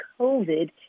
COVID